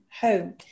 home